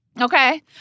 Okay